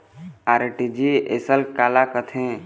RTGS काला कथें?